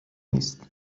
نیست